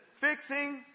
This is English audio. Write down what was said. fixing